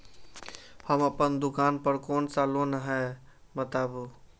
हम अपन दुकान पर कोन सा लोन हैं बताबू?